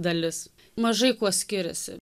dalis mažai kuo skiriasi